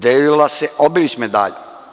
Delila se Obilić medalja.